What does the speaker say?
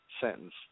sentence